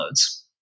downloads